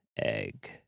egg